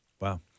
Wow